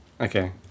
okay